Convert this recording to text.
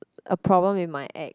a problem with my act